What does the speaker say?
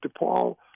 DePaul